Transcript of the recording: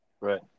Right